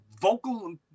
vocal